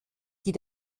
die